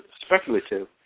speculative